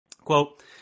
Quote